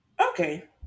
Okay